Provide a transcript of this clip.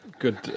Good